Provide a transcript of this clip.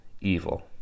Evil